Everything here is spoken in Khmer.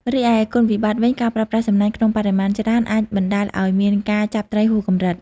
រីឯគុណវិបត្តិវិញ ការប្រើប្រាស់សំណាញ់ក្នុងបរិមាណច្រើនអាចបណ្តាលឲ្យមានការចាប់ត្រីហួសកម្រិត។